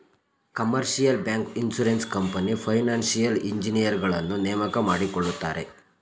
commercial bank, insurance company, financial ಇಂಜಿನಿಯರುಗಳನ್ನು ನೇಮಕ ಮಾಡಿಕೊಳ್ಳುತ್ತಾರೆ